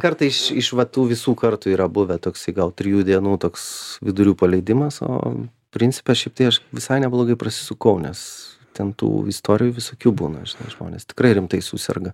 kartą iš iš va tų visų kartų yra buvę toksai gal trijų dienų toks vidurių paleidimas o principe šiaip tai aš visai neblogai prasisukau nes ten tų istorijų visokių būna žinai žmonės tikrai rimtai suserga